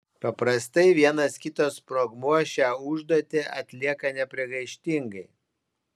paprastai vienas kitas sprogmuo šią užduotį atlieka nepriekaištingai